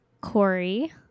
Corey